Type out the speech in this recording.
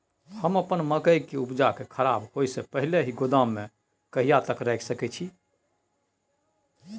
हम अपन मकई के उपजा के खराब होय से पहिले ही गोदाम में कहिया तक रख सके छी?